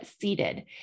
seated